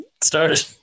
started